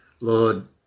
lord